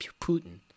Putin